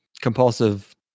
compulsive